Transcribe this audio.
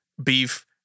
beef